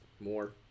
More